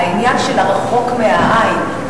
העניין של רחוק מהעין,